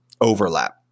overlap